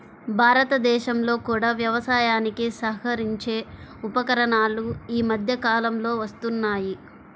భారతదేశంలో కూడా వ్యవసాయానికి సహకరించే ఉపకరణాలు ఈ మధ్య కాలంలో వస్తున్నాయి